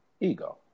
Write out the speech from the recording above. ego